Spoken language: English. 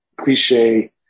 cliche